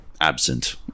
absent